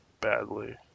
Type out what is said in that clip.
badly